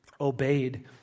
obeyed